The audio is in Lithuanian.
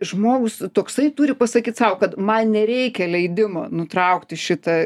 žmogus toksai turi pasakyt sau kad man nereikia leidimo nutraukti šitą